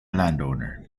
landowner